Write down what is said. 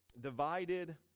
divided